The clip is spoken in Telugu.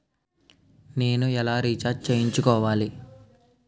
నేను ఎలా రీఛార్జ్ చేయించుకోవాలి?